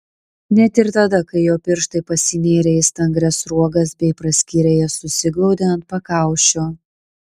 net ir tada kai jo pirštai pasinėrė į stangrias sruogas bei praskyrę jas susiglaudė ant pakaušio